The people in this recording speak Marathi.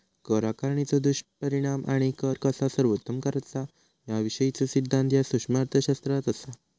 कर आकारणीचो दुष्परिणाम आणि कर कसा सर्वोत्तम करायचा याविषयीचो सिद्धांत ह्या सूक्ष्म अर्थशास्त्रात असा